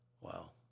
Wow